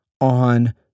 on